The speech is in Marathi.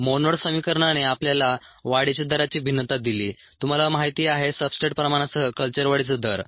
मोनोड समीकरणाने आपल्याला वाढीच्या दराची भिन्नता दिली तुम्हाला माहिती आहे सब्सट्रेट प्रमाणासह कल्चर वाढीचा दर